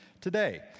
today